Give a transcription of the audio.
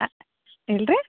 ಹಾಂ ಇಲ್ರಿ